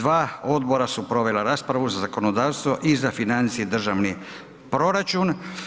Dva odbora su provela raspravu, za zakonodavstvo i za financije i državni proračun.